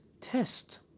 test